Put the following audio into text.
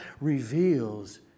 reveals